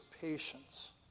patience